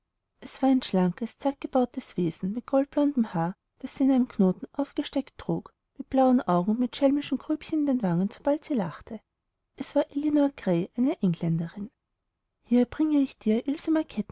es war ein schlankes zartgebautes wesen mit goldblondem haar das sie in einem knoten aufgesteckt trug mit blauen augen und mit schelmischen grübchen in den wangen sobald sie lachte es war ellinor grey eine engländerin hier bringe ich dir